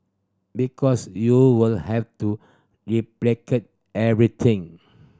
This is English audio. because you would have to replicate everything